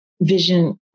vision